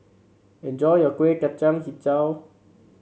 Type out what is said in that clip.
enjoy your Kueh Kacang hijau